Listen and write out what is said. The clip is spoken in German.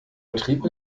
betrieb